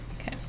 Okay